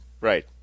Right